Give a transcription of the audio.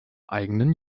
eigenen